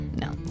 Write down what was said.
No